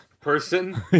person